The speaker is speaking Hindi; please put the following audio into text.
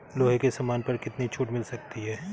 लोहे के सामान पर कितनी छूट मिल सकती है